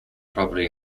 property